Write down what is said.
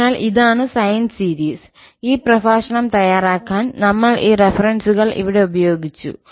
അതിനാൽ ഇതാണ് sine series ഈ പ്രഭാഷണം തയ്യാറാക്കാൻ നമ്മൾ ഈ റഫറൻസുകൾ ഇവിടെ ഉപയോഗിച്ചു